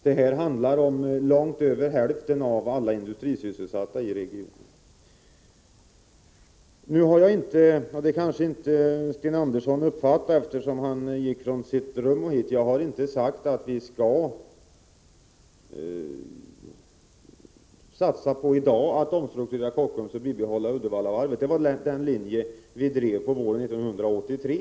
Det vi talar om nu gäller långt över hälften av alla industrisysselsatta i regionen. Sten Andersson i Malmö uppfattade nog inte vad jag sade för en stund sedan, eftersom han var på väg hit från sitt tjänsterum. Jag har inte sagt att vii dag skall satsa på en omstrukturering av Kockums för att kunna bibehålla Uddevallavarvet. Den linjen följde vi våren 1983.